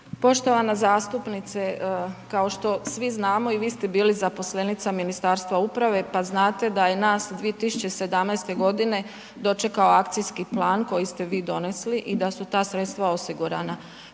Poštovana zastupnice, kao što svi znamo i vi ste bili zaposlenica Ministarstva uprave, pa znate da je nas 2017. g. dočekao akcijski plan koji ste vi donesli i da su ta sredstva osigurana.